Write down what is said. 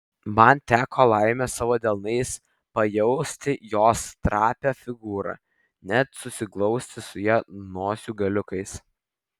man teko laimė savo delnais pajausti jos trapią figūrą net susiglausti su ja nosių galiukais